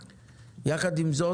זאת,